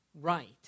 right